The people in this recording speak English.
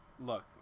Look